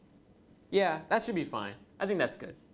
yeah, that should be fine. i think that's good.